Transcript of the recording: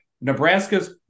Nebraska's